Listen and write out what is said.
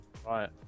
Right